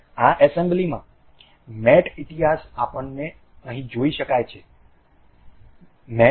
આ એસેમ્બલીમાં મેટ ઇતિહાસ આપણે અહીં જોઈ શકીએ છીએ મેટ